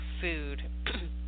food